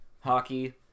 hockey